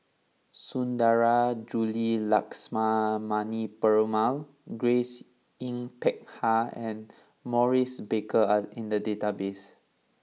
Sundarajulu Lakshmana Perumal Grace Yin Peck Ha and Maurice Baker are in the database